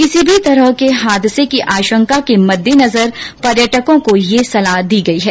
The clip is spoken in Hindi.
किसी भी तरह के हादर्स की आशंका के मद्देनजर पर्यटकों को यह सलाह दी गई है